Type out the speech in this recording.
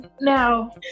now